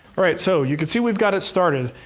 right, so you can see we've got it started.